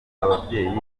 ababyeyi